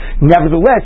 nevertheless